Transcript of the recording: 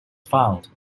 found